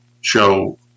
show